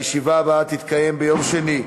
הישיבה הבאה תתקיים ביום שני,